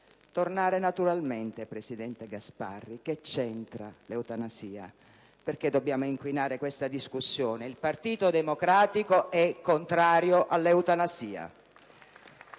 Tornare naturalmente, presidente Gasparri, che c'entra l'eutanasia? Perché dobbiamo inquinare questa discussione? Il Partito Democratico è contrario all'eutanasia.